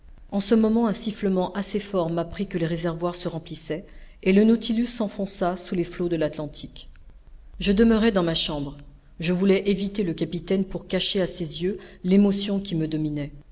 en ce moment un sifflement assez fort m'apprit que les réservoirs se remplissaient et le nautilus s'enfonça sous les flots de l'atlantique je demeurai dans ma chambre je voulais éviter le capitaine pour cacher à ses yeux l'émotion qui me dominait